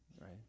right